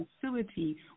facility